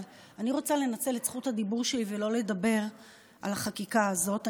אבל אני רוצה לנצל את זכות הדיבור שלי ולא לדבר על החקיקה הזאת.